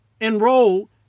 enroll